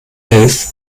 elf